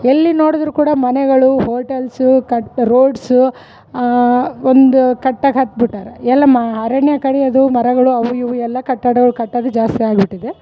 ಎಲ್ಲಿ ನೋಡಿದ್ರು ಕೂಡ ಮನೆಗಳು ಹೋಟೆಲ್ಸು ಕಟ್ ರೋಡ್ಸು ಒಂದು ಕಟ್ಟೋಕ್ಹತ್ಬುಟ್ಟಾರ ಎಲ್ಲ ಮಾ ಅರಣ್ಯ ಕಡಿಯೋದು ಮರಗಳು ಅವು ಇವು ಎಲ್ಲ ಕಟ್ಟಡಗಳು ಕಟ್ಟೋದು ಜಾಸ್ತಿ ಆಗಿಬಿಟ್ಟಿದೆ